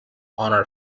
honour